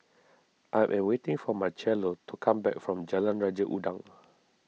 I am waiting for Marchello to come back from Jalan Raja Udang